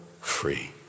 free